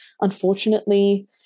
unfortunately